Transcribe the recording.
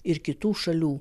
ir kitų šalių